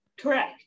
Correct